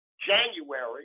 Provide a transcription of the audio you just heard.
January